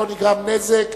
לא נגרם נזק,